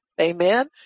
amen